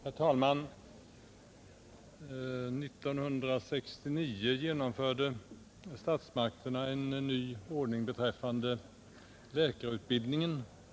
Herr talman! 1969 genomförde statsmakterna en nyordning beträffande läkarutbildningen.